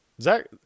Zach